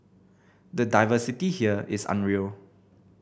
the diversity here is unreal